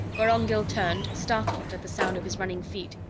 vorongil turned, startled, at the sound of his running feet.